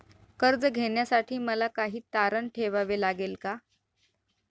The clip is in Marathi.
कर्ज घेण्यासाठी मला काही तारण ठेवावे लागेल का?